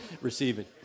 receiving